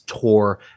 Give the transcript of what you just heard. tour